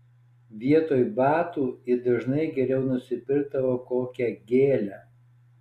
vietoj batų ji dažnai geriau nusipirkdavo kokią gėlę